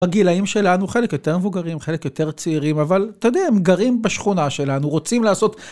בגילאם שלנו חלק יותר מבוגרים, חלק יותר צעירים, אבל אתה יודע, הם גרים בשכונה שלנו, רוצים לעשות...